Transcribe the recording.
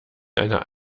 einer